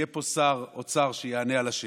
יהיה פה שר אוצר שיענה על השאלות,